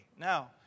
Now